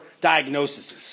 diagnoses